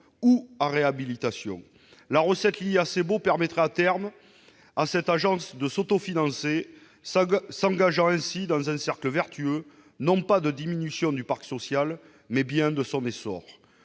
ou à réhabilitation. Les recettes liées à ces baux permettraient, à terme, à cette agence de s'autofinancer et, ainsi, d'engager le pays dans le cercle vertueux non pas de la diminution du parc social, mais bien de son essor.